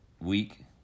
week